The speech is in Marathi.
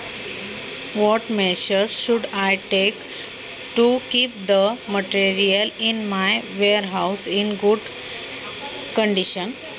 माझ्या गोदामातील साहित्य चांगले राहण्यासाठी मी काय उपाय काय करायला हवेत?